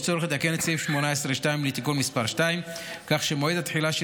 יש צורך לתקן את סעיף 18(2) לתיקון מס' 2 כך שמועד התחילה של